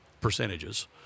percentages